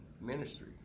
ministry